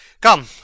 Come